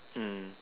mm